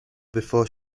before